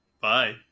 Bye